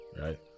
right